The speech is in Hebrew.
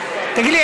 תגיד לי,